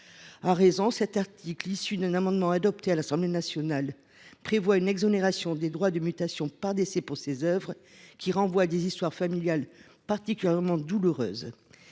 À raison, le présent article, issu d’un amendement adopté à l’Assemblée nationale, prévoit une exonération des droits de mutation par décès pour ces biens spoliés qui renvoient à des histoires familiales particulièrement douloureuses.